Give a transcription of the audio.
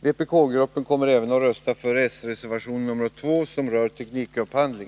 Vpk-gruppen kommer även att rösta för s-reservation nr 2 som rör teknikupphandlingen.